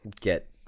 get